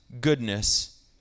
goodness